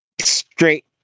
straight